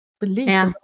believe